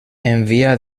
envià